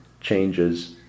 changes